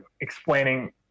explaining